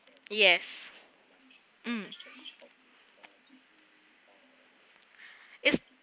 yes mm is